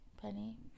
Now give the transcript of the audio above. Penny